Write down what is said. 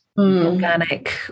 organic